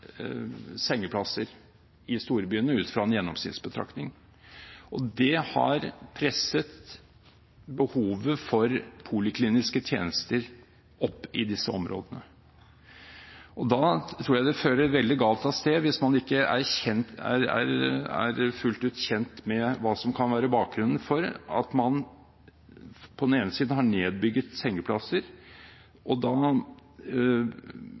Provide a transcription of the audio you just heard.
sengeplasser i storbyene ut fra en gjennomsnittsbetraktning. Det har presset behovet for polikliniske tjenester opp i disse områdene. Da tror jeg det fører veldig galt av sted hvis man ikke er fullt ut kjent med hva som kan være bakgrunnen for at man på den ene siden har nedbygget antallet sengeplasser og har presset tilbudet over til polikliniske tjenester, som selvfølgelig da